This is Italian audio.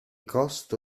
costo